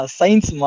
Science